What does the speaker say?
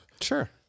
sure